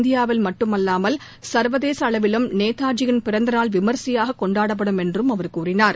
இந்தியாவில் மட்டுமல்லாமல் சர்வதேச அளவிலும் நேதாஜியின் பிறந்த நாள் விமரிசையாக கொண்டாடப்படும் என்று அவர் கூறினார்